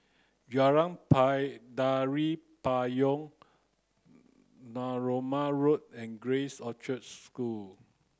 Jalan pie Tari Payong Narooma Road and Grace Orchard School